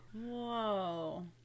Whoa